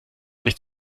nicht